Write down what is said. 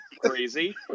crazy